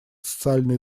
социально